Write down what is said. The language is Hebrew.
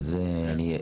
וזה אני,